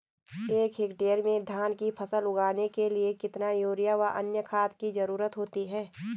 एक हेक्टेयर में धान की फसल उगाने के लिए कितना यूरिया व अन्य खाद की जरूरत होती है?